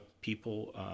people